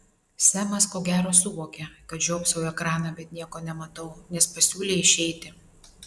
semas ko gero suvokė kad žiopsau į ekraną bet nieko nematau nes pasiūlė išeiti